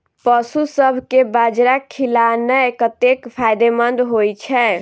पशुसभ केँ बाजरा खिलानै कतेक फायदेमंद होइ छै?